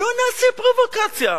לא נעשה פרובוקציה.